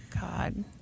God